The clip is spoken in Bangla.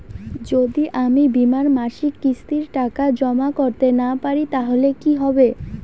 যদি আমি বীমার মাসিক কিস্তির টাকা জমা করতে না পারি তাহলে কি হবে?